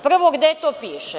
Prvo, gde to piše?